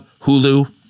Hulu